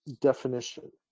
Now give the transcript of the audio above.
definition